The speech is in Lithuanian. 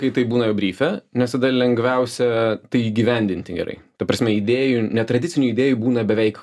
kai taip būna bryfe nes tada lengviausia tai įgyvendinti gerai ta prasme idėjų netradicinių idėjų būna beveik